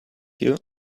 you